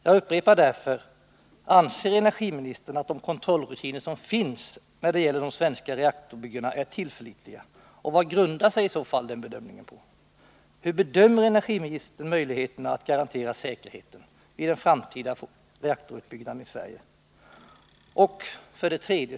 Jag upprepar därför: Anser energiministern att de kontrollrutiner som finns när det gäller de svenska reaktorbyggena är tillförlitliga, och vad grundar sig i så fall den bedömningen på? den framtida reaktorutbyggnaden i Sverige?